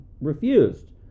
refused